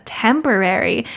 temporary